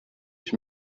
ich